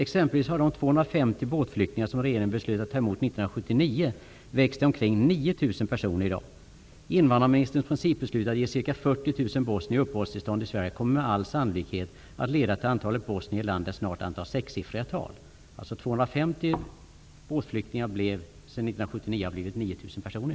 Exempelvis har de 250 båtflyktingar, som regeringen beslöt att ta emot 40 000 bosnier uppehållstillstånd i Sverige kommer med all sannolikhet att leda till att antalet bosnier i landet snart antar sexsiffriga tal.'' Alltså: 250 båtflyktingar 1979 har i dag blivit 9 000 personer.